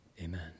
Amen